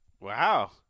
Wow